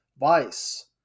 Vice